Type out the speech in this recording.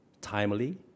timely